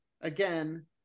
Again